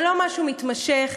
זה לא משהו מתמשך,